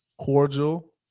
cordial